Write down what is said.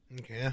Okay